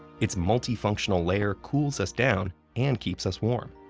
its multifunctional layer cools us down and keeps us warm.